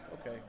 okay